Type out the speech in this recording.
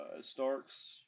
Starks